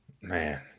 Man